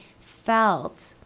felt